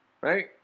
right